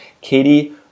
Katie